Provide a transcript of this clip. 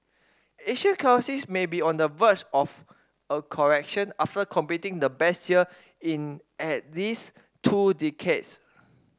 Asian currencies may be on the verge of a correction after completing the best year in at least two decades